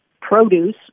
produce